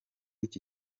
iki